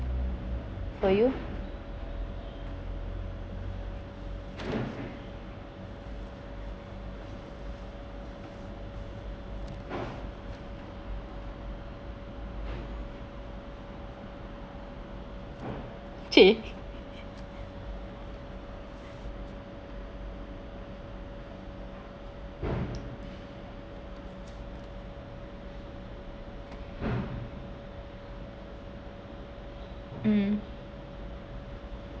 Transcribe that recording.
for you !chey! um